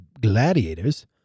gladiators